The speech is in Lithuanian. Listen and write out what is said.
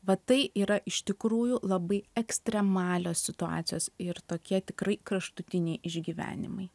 vat tai yra iš tikrųjų labai ekstremalios situacijos ir tokie tikrai kraštutiniai išgyvenimai